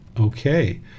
Okay